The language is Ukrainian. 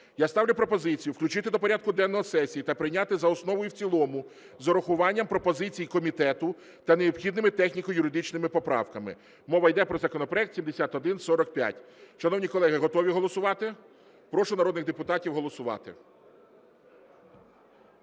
Я ставлю пропозицію включити до порядку денного сесії та прийняти за основу і в цілому з урахуванням пропозицій комітету та необхідними техніко-юридичними поправками. Мова йде про законопроект 7145. Шановні колеги, готові голосувати? Прошу народних депутатів голосувати.